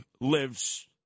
lives